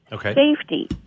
safety